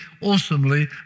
awesomely